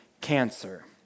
Cancer